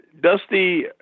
Dusty